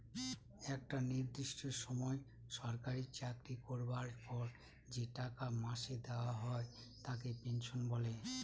একটা নির্দিষ্ট সময় সরকারি চাকরি করবার পর যে টাকা মাসে দেওয়া হয় তাকে পেনশন বলে